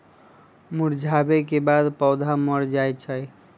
मुरझावे के बाद पौधा मर जाई छई